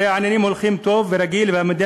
הרי העניינים הולכים טוב ורגיל והמדינה